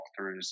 walkthroughs